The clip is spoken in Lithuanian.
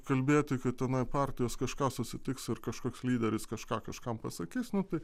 kalbėti kai tenai partijos kažką susitiks ir kažkoks lyderis kažką kažkam pasakys nu tai